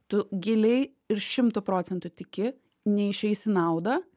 tu giliai ir šimtu procentų tiki neišeis į naudą